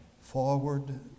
forward